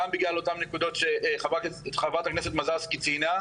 גם בגלל אותן נקודות שחברת הכנסת מזרסקי ציינה,